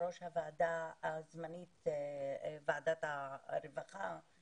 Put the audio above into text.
יושבת-ראש הוועדה הזמנית ועדת הרווחה,